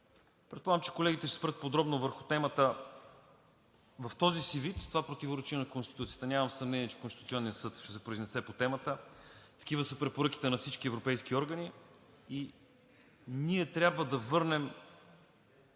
Предполагам, че колегите ще се спрат подробно върху темата – в този си вид това противоречи на Конституцията, нямам съмнение, че Конституционният съд ще се произнесе по темата. Такива са препоръките на всички европейски органи и ние трябва да върнем